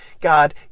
God